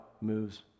moves